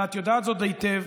ואת יודעת זאת היטב,